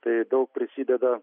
tai daug prisideda